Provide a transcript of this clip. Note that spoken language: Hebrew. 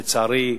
לצערי,